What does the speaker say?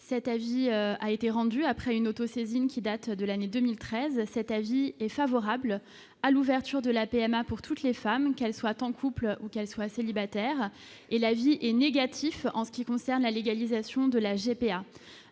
cet avis a été rendu après une auto-saisine qui date de l'année 2013, cet avis est favorable à l'ouverture de la PMA pour toutes les femmes qu'elles soient en couple ou qu'elles soient célibataire et la vie est négatif en ce qui concerne la légalisation de la GPA